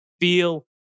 feel